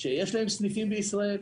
שיש להן סניפים בישראל.